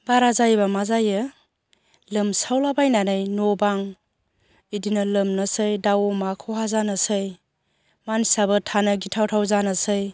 बारा जायोबा मा जायो लोमसावला बायनानै न' बां बिदिनो लोमनोसै दाउ अमा खहा जानोसै मानसियाबो थानो गिथाव थाव जानोसै